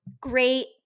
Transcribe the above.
Great